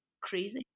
crazy